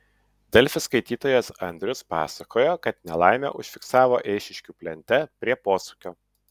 delfi skaitytojas andrius pasakojo kad nelaimę užfiksavo eišiškių plente prie posūkio